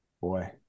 boy